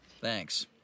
Thanks